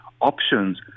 options